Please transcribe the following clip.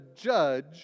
judge